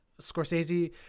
Scorsese